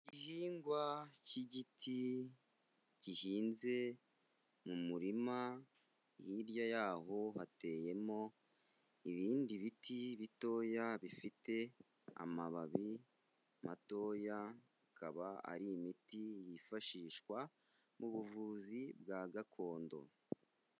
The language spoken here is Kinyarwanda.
Igihingwa cy'igiti gihinze mu murima, hirya y'aho hateyemo ibindi biti bitoya bifite amababi matoya, akaba ari imiti yifashishwa mu buvuzi bwa gakondo.